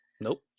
nope